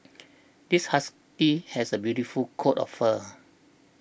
this husky has a beautiful coat of fur